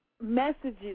messages